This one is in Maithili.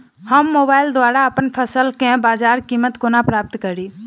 हम मोबाइल द्वारा अप्पन फसल केँ बजार कीमत कोना प्राप्त कड़ी?